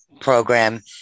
Program